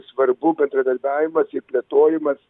svarbu bendradarbiavimas ir plėtojimas